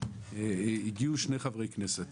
הגיעו שני חברי כנסת